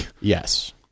Yes